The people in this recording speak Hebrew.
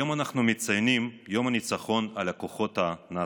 היום אנחנו מציינים את יום הניצחון על הכוחות הנאציים.